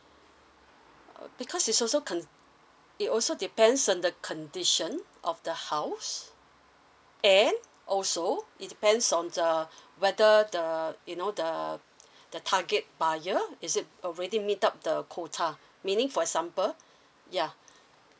uh because is also con~ it also depends on the condition of the house and also it depends on the whether the you know the the target buyer is it already meet up the quota meaning for example yeah